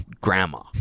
grandma